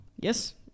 yes